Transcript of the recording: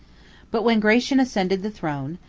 but when gratian ascended the throne,